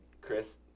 Chris